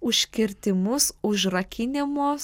užkirtimus užrakinimus